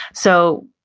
so,